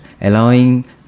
allowing